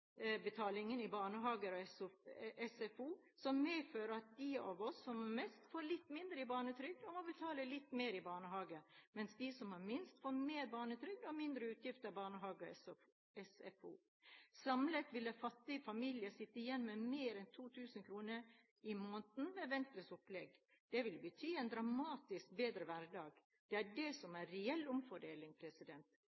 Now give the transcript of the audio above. oppholdsbetalingen i barnehager og SFO, som medfører at dem av oss som har mest, får litt mindre i barnetrygd og må betale litt mer for barnehage, mens de som har minst, får mer barnetrygd og mindre utgifter til barnehage og SFO. Samlet vil en fattig familie sitte igjen med mer enn 2 000 kr i måneden med Venstres opplegg. Det vil bety en dramatisk bedre hverdag. Det er det som